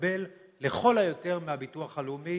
יקבל לכל היותר מהביטוח הלאומי